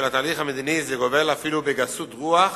התהליך המדיני זה גובל אפילו בגסות רוח,